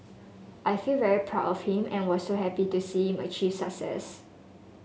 I feel very proud of him and was so happy to see him achieve success